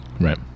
Right